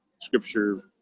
scripture